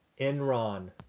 Enron